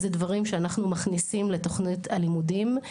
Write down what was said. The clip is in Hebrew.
זה דברים שאנחנו מכניסים לתוכניות הלימודים.